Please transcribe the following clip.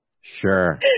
Sure